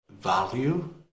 value